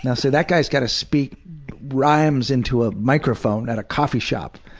they'll say, that guy's gotta speak rhymes into a microphone at a coffee shop.